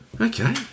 Okay